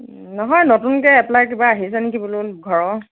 নহয় নতুনকৈ এপ্লাই কিবা আহিছে নেকি বোলো ঘৰৰ